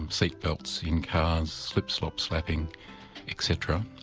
um seat belts in cars, slip slop slapping etc.